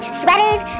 sweaters